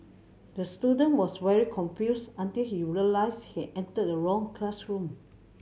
the student was very confused until he realised he entered the wrong classroom